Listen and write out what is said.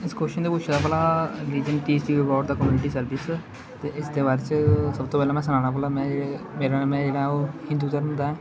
इस कोशन च पुच्छे दा भला did they teach you about the community service ते इसदे बारे च सबतों पैह्लें में सनाना भला में एह् मेरे ने में जेह्ड़ा ओ हिंदू घर्म दा ऐं